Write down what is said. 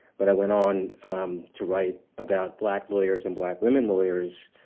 but i went on to write about black lawyers and black women lawyers.